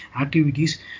activities